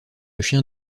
chien